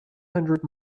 hundred